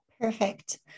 perfect